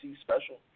special